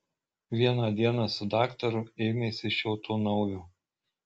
vieną dieną su daktaru ėmėsi šio to naujo